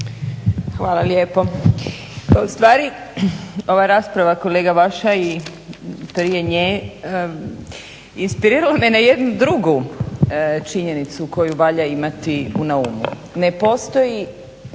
Hvala lijepo. Pa ustvari ova rasprava kolega vaša i …/Ne razumije se./… inspirirala me na jednu drugu činjenicu koju valja imati na umu, ne postoji,